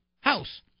house